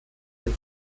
den